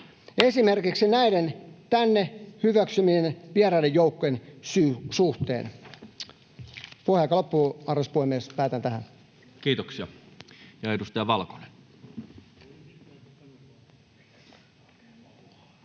esimerkiksi näiden tänne hyväksymiemme vieraiden joukkojen suhteen? Puheaika loppuu, arvoisa puhemies. Päätän tähän. Kiitoksia. — Edustaja Valkonen.